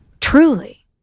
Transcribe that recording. Truly